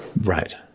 right